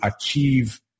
achieve